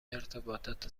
ارتباطات